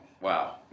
Wow